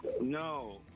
No